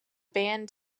band